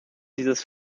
dieses